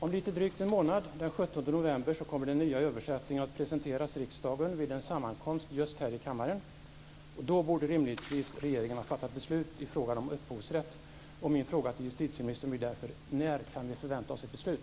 Om lite drygt en månad, den 17 november, kommer den nya översättningen att presenteras riksdagen vid en sammankomst just här i kammaren. Då borde regeringen rimligtvis ha fattat beslut i frågan om upphovsrätt. Min fråga till justitieministern blir därför: När kan vi förvänta oss ett beslut?